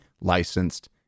licensed